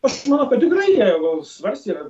aš manau kad tikrai jie svarstė